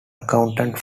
accountant